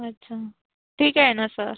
अच्छा ठीक आहे ना सर